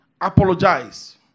apologize